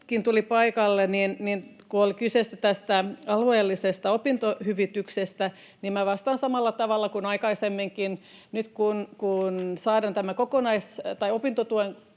tuli paikalle — kun oli kyse tästä alueellisesta opintohyvityksestä — niin minä vastaan samalla tavalla kuin aikaisemminkin. Nyt kun saadaan tämä opintotuen